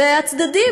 והצדדים,